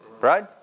right